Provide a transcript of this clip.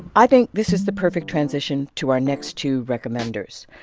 i think this is the perfect transition to our next two recommenders.